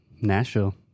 Nashville